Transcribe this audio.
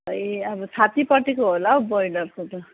खोइ अब छातीपट्टिको होला हो ब्रोइलरको त